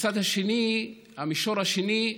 מהצד שני, המישור השני,